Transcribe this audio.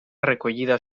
recollida